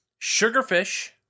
Sugarfish